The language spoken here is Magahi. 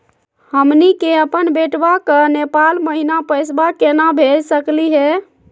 हमनी के अपन बेटवा क नेपाल महिना पैसवा केना भेज सकली हे?